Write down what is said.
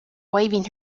waving